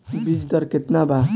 बीज दर केतना बा?